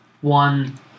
one